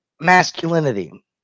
masculinity